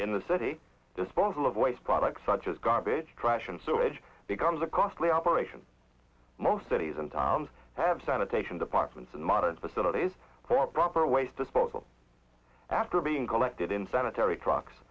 in the city disposal of waste products such as garbage trash and sewage becomes a costly operation most cities and towns have sanitation departments and modern facilities for proper ways disposal after being collected in sanitary trucks